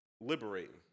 liberating